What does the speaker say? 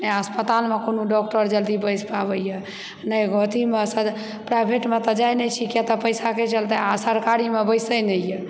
नहि अस्पतालमे कोनो डॉक्टर जल्दी बैस पाबैए नहि अथीमे प्राइवेटमे तऽ जाइत नहि छी कि एतऽ पैसाके चलते आ सरकारीमे बैसै नहि यऽ